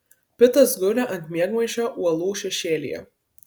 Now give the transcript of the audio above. pitas guli ant miegmaišio uolų šešėlyje